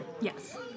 Yes